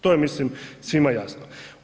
To je mislim svima jasno.